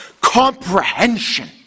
comprehension